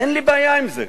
אין לי בעיה עם זה.